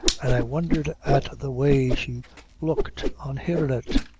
and i wondhered at the way she looked on hearin' it.